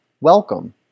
welcome